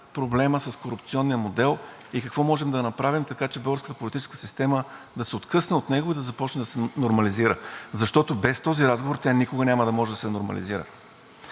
с корупционния модел и какво можем да направим, така че българската политическа система да се откъсне от него и да започне да се нормализира, защото без този разговор тя никога няма да може да се нормализира.